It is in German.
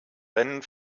rennen